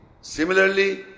similarly